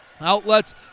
outlets